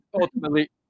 ultimately